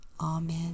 Amen